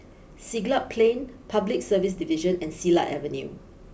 Siglap Plain Public Service Division and Silat Avenue